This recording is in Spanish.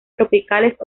tropicales